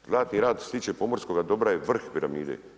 Zlatni rat što se tiče pomorskoga dobra je vrh piramide.